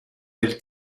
dei